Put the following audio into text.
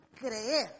creer